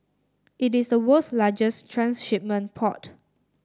it is the world's largest transshipment port